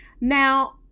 Now